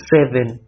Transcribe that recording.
Seven